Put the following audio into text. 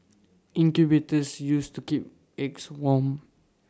incubators used to keep eggs warm